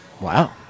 Wow